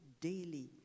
daily